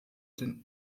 den